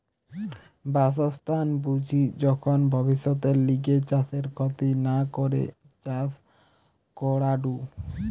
বাসস্থান বুঝি যখন ভব্যিষতের লিগে চাষের ক্ষতি না করে চাষ করাঢু